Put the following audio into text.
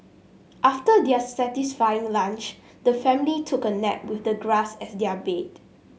after their satisfying lunch the family took a nap with the grass as their bed